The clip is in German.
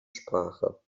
sprache